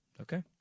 Okay